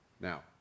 Now